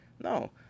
No